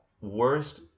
worst